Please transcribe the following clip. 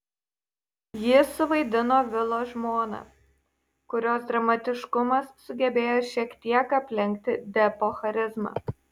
ji suvaidino vilo žmoną kurios dramatiškumas sugebėjo šiek tiek aplenkti depo charizmą